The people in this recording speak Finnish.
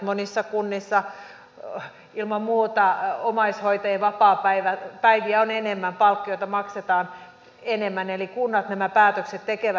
monissa kunnissa ilman muuta omaishoitajien vapaapäiviä on enemmän palkkioita maksetaan enemmän eli kunnat nämä päätökset tekevät